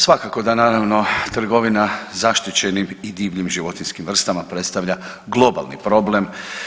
Svakako da naravno trgovina zaštićenim i divljim životinjskim vrstama predstavlja globalni problem.